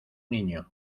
niño